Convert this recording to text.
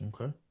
Okay